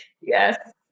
Yes